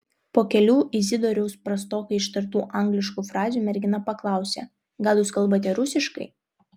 po kelių izidoriaus prastokai ištartų angliškų frazių mergina paklausė gal jūs kalbate rusiškai